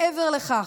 "מעבר לכך,